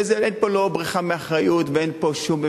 ואין פה לא בריחה מאחריות ואין פה שום,